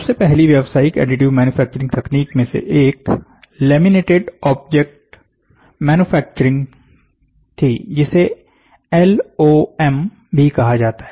सबसे पहली व्यवसायिक एडिटिव मैन्युफैक्चरिंग तकनीक में से एक लैमिनेटेड ऑब्जेक्ट मैन्युफैक्चरिंग थी जिसे एलओएम भी कहा जाता है